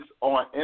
on